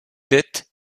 dettes